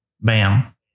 Bam